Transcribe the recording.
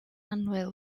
annwyl